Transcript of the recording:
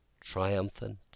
triumphant